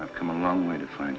i've come a long way to find